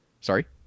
Sorry